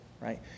right